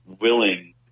willing